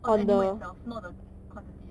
on the animal itself not the quantity